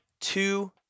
two